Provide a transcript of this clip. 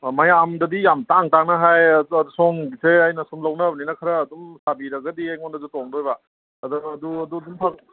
ꯑꯥ ꯃꯌꯥꯝꯗꯗꯤꯌꯥꯝ ꯇꯥꯡ ꯇꯥꯡ ꯍꯥꯏ ꯑꯗꯣ ꯁꯣꯝꯒꯤꯁꯦ ꯑꯩꯅ ꯁꯨꯝ ꯂꯧꯅꯕꯅꯤꯅ ꯈꯔ ꯑꯗꯨꯝ ꯇꯥꯕꯤꯔꯒꯗꯤ ꯑꯩꯉꯣꯟꯗ ꯇꯣꯡꯗꯣꯏꯕ ꯑꯗ ꯑꯗꯨ ꯑꯗꯨ ꯑꯗꯨꯝ